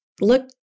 look